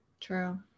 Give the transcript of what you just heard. true